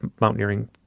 mountaineering